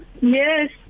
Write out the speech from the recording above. Yes